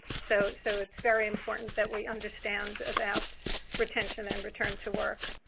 so, it so is very important that we understand about retention and return to work.